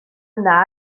yna